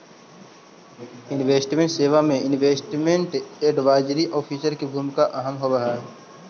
investment सेवा में investment advisory officer के भूमिका अहम होवऽ हई